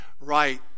right